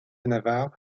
navarre